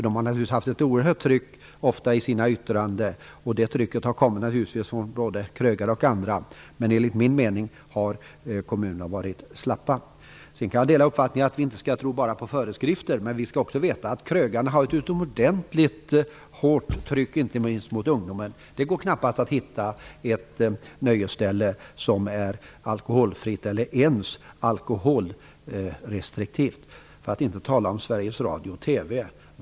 De har känt ett oerhört tryck inför sina yttranden, från både krögare och andra. Men enligt mening har kommunerna varit slappa. Jag kan dela uppfattningen att vi inte bara skall tro på föreskrifter, men vi skall också veta att krögarna har en utomordentligt hårt tryck inte minst gentemot ungdomen. Det går knappast att hitta ett nöjesställe som är alkoholfritt eller ens alkoholrestriktivt, för att inte tala om Sveriges Radio och Television.